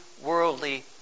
worldly